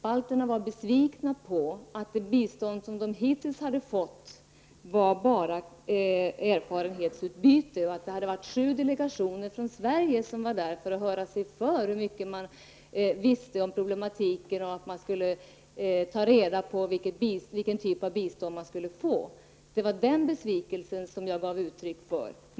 Balterna var besvikna på att det bistånd de ditills hade fått bara var erfarenhetsutbyte. Sju delegationer från Sverige hade varit där för att höra sig för om hur mycket man visste om problematiken. Man skulle ta reda på vilken typ av bistånd som skulle ges. Det var den besvikelsen jag gav uttryck för.